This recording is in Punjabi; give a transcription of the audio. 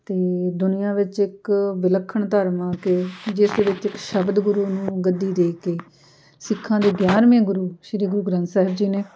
ਅਤੇ ਦੁਨੀਆਂ ਵਿੱਚ ਇੱਕ ਵਿਲੱਖਣ ਧਰਮ ਆ ਅਤੇ ਜਿਸ ਦੇ ਵਿੱਚ ਇੱਕ ਸ਼ਬਦ ਗੁਰੂ ਨੂੰ ਗੱਦੀ ਦੇ ਕੇ ਸਿੱਖਾਂ ਦੇ ਗਿਆਰਵੇਂ ਗੁਰੂ ਸ੍ਰੀ ਗੁਰੂ ਗ੍ਰੰਥ ਸਾਹਿਬ ਜੀ ਨੇ